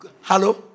Hello